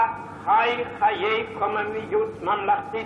בה חי חיי קוממיות ממלכתית,